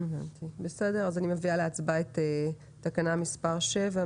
פיצלנו את הסיפא לפסקה (ז).